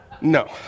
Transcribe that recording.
No